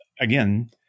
again